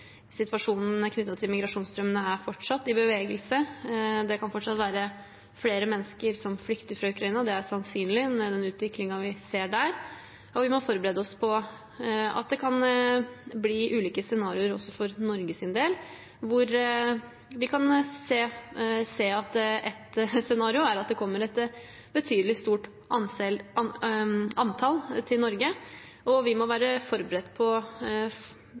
situasjonen knyttet til migrasjonsstrømmene er fortsatt i bevegelse. Det kan fortsatt være flere mennesker som flykter fra Ukraina. Det er sannsynlig med den utviklingen vi ser der. Vi må forberede oss på at det kan bli ulike scenarioer også for Norges del. Vi kan se for oss et scenario der det kommer et betydelig stort antall til Norge, og vi må være forberedt på